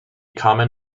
common